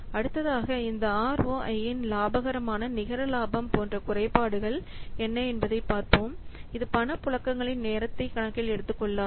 அடுத்ததாக இந்த ROI இன் லாபகரமான நிகர லாபம் போன்ற குறைபாடுகள் என்ன என்பதைப் பார்ப்போம் இது பணப்புழக்கங்களின் நேரத்தையும் கணக்கில் எடுத்துக்கொள்ளாது